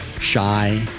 shy